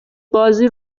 بازی